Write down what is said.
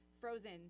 frozen –